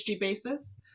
basis